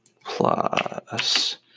plus